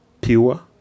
pure